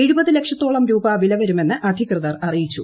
എഴുപത് ലക്ഷത്തോളം രൂപ വില വരുമെന്ന് അധികൃതർ അറിയിച്ചു